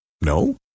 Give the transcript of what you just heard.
No